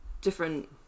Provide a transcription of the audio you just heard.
different